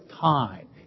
time